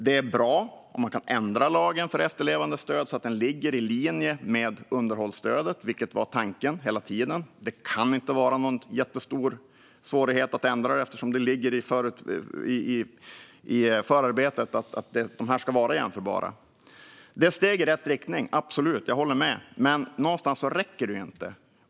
Det är bra om man kan ändra lagen för efterlevandestöd så att den ligger i linje med underhållsstödet, vilket hela tiden har varit tanken. Det kan inte vara någon stor svårighet att ändra den eftersom det ligger i förarbetet att de ska vara jämförbara. Jag håller absolut med om att det är ett steg i rätt riktning, men någonstans räcker inte detta.